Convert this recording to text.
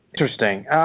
Interesting